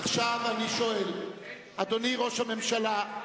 עכשיו אני שואל, אדוני ראש הממשלה,